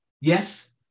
Yes